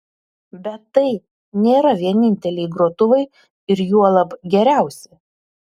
bet tai nėra vieninteliai grotuvai ir juolab geriausi